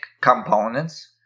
components